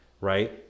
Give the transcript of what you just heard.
right